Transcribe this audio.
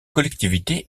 collectivité